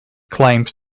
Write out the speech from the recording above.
claimed